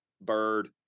bird